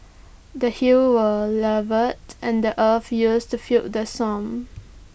the hills were levelled and the earth used to fill the swamps